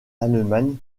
allemagne